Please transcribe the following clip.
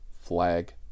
Flag